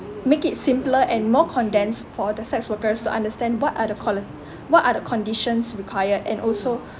make it simpler and more condensed for the sex workers to understand what are the what are the conditions required and also